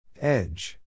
Edge